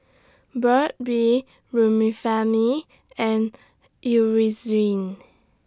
Burt's Bee Remifemin and Eucerin